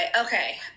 Okay